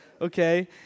Okay